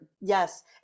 yes